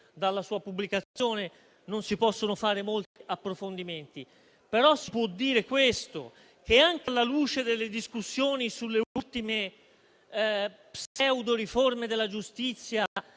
dalla sua pubblicazione. Non si possono fare molti approfondimenti. Si può però dire che, anche alla luce delle discussioni sulle ultime pseudo-riforme della giustizia,